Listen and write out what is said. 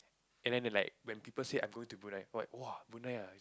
and then they like when people say I go to Brunei what !woah! Brunei ah